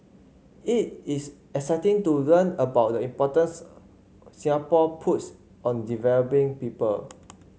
it is exciting to learn about the importance Singapore puts on developing people